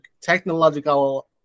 technological